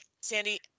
Sandy